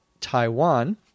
Taiwan